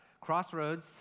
Crossroads